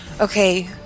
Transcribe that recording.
Okay